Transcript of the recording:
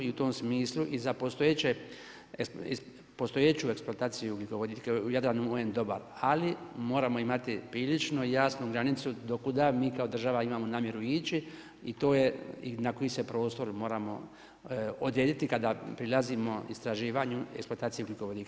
I u tom smislu i za postojeću eksploataciju ugljikovodika u Jadranu on je dobar, ali moramo imati prilično jasnu granicu do kuda mi kao država imamo namjeru ići i to je i na koji se prostor moramo odrediti kada prilazimo istraživanju i eksploataciji ugljikovodika.